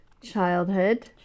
childhood